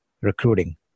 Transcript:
recruiting